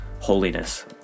holiness